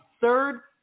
third